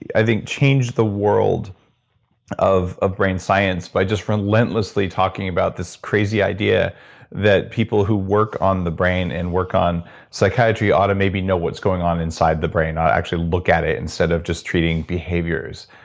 i think changed the world of of brain science by just relentlessly talking about this crazy idea that people who work on the brain and work on psychiatry ought to maybe know what's going on inside the brain or actually looked at it instead of just treating behaviors.